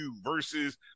versus